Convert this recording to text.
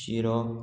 शिरो